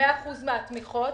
100% מהתמיכות,